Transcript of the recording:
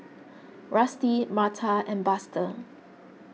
Rusty Marta and Buster